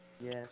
Yes